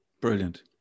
Brilliant